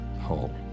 whole